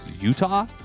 Utah